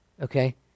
okay